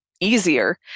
easier